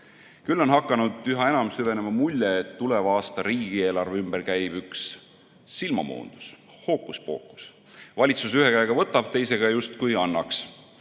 on hakanud üha enam süvenema mulje, et tuleva aasta riigieelarve ümber käib üks silmamoondus, hookuspookus. Valitsus ühe käega võtab, teisega justkui annaks.